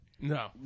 No